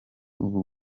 ubu